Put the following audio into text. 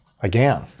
again